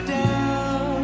down